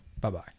Bye-bye